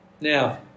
Now